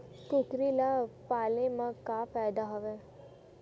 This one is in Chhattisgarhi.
कुकरी ल पाले म का फ़ायदा हवय?